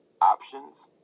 Options